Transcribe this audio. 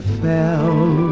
fell